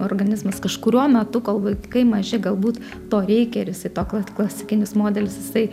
organizmas kažkuriuo metu kol vaikai maži galbūt to reikia ir jisai to kla klasikinis modelis jisai